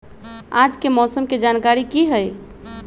आज के मौसम के जानकारी कि हई?